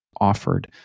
offered